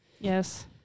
yes